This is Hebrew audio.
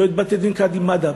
לא את בתי-הדין של קאדים מ'דהב,